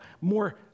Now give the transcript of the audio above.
more